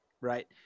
Right